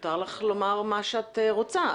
מותר לך לומר מה שאת רוצה.